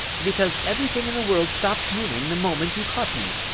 because everything in the world stopped moving the moment you caught me.